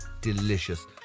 delicious